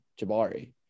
Jabari